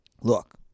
Look